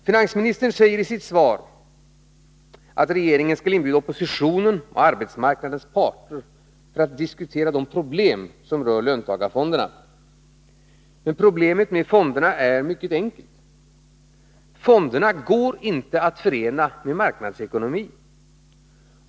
Finansministern säger i sitt svar att regeringen skall inbjuda oppositionen och arbetsmarknadens parter för att diskutera ”de problem som rör löntagarfonderna”. Men problemet med fonderna är mycket enkelt. Fonderna går inte att förena med marknadsekonomin.